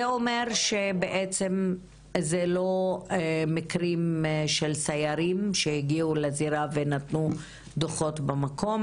זה אומר שאלו לא מקרים של סיירים שהגיעו לזירה ונתנו דוחות במקום,